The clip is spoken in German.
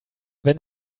wenn